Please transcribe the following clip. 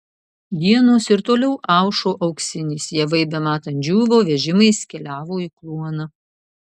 dienos ir toliau aušo auksinės javai bematant džiūvo vežimais keliavo į kluoną